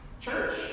Church